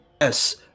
Yes